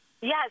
Yes